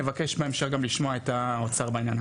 נבקש בהמשך גם לשמוע את האוצר בעניין הזה.